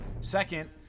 Second